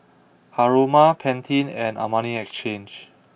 Haruma Pantene and Armani Exchange